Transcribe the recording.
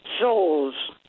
souls